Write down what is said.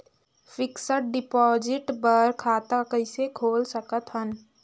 Fixed deposit बर खाता कइसे खोल सकत हन?